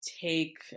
take